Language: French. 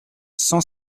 cent